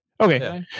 okay